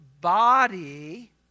body